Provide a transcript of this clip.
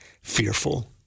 fearful